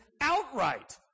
outright